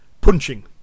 Punching